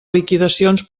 liquidacions